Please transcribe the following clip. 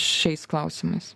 šiais klausimais